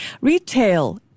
Retail